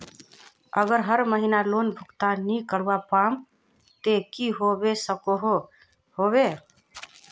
अगर हर महीना लोन भुगतान नी करवा पाम ते की होबे सकोहो होबे?